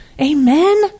Amen